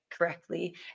correctly